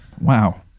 wow